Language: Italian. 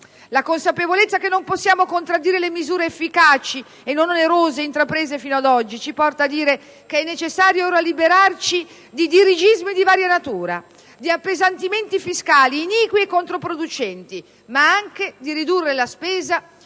La consapevolezza che non possiamo contraddire le misure efficaci e non onerose intraprese fino ad oggi ci porta a dire che è necessario ora liberarci di dirigismi di varia natura e di appesantimenti fiscali iniqui e controproducenti, ma anche di ridurre la spesa